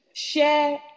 share